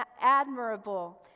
admirable